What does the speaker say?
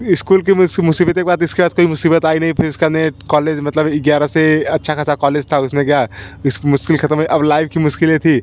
school की मुसीबतों के बाद इसके बाद कई मुसीबत आई रहीं फिर इसके बाद में कौलेज मतलब ग्यारह से अच्छा ख़ासा कौलेज था उसमें गया इस मुश्किल ख़त्म है अब लाइ की मुश्किलें थी